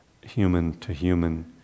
human-to-human